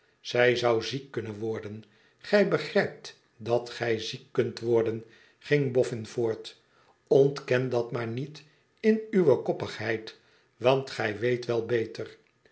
zij zou ziek kunnen worden gij begrijpt dat gij ziek kunt worden ging boffin voort ontken dat maar niet in uwe koppigheid want gij weet wel beter